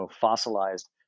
fossilized